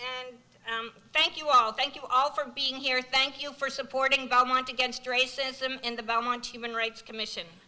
and thank you all thank you all for being here thank you for supporting belmont against racism in the belmont human rights commission